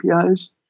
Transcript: APIs